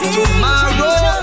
Tomorrow